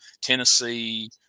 Tennessee